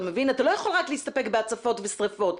אתה לא יכול רק להסתפק בהצפות ושריפות.